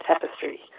tapestry